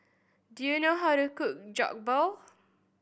do you know how to cook Jokbal